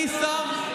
השר,